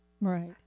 Right